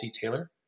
Taylor